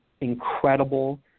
incredible